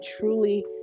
truly